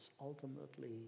ultimately